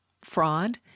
fraud